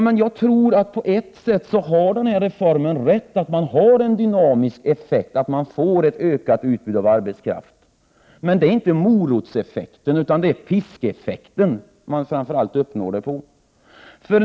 Men jag tror att det på ett sätt är riktigt att den här reformen har en dynamisk effekt, dvs. att man får ett ökat utbud av arbetskraft. Men det är inte genom morotseffekten utan det är genom piskeeffekten som det framför allt uppnås.